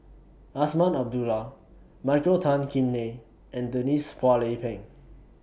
Azman Abdullah Michael Tan Kim Nei and Denise Phua Lay Peng